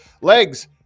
Legs